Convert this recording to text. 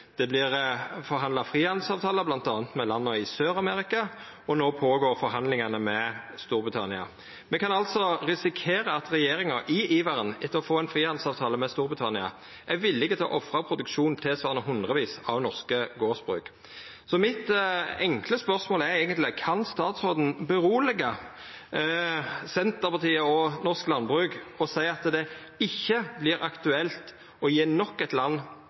Det vert forhandla frihandelsavtalar bl.a. med landa i Sør-Amerika. Og no går forhandlingane med Storbritannia føre seg. Me kan altså risikera at regjeringa i iveren etter å få ein frihandelsavtale med Storbritannia er villig til å ofra produksjon tilsvarande hundrevis av norske gardsbruk. Mitt enkle spørsmål er eigentleg: Kan statsråden roa Senterpartiet og norsk landbruk og seia at det ikkje vert aktuelt å gje nok eit land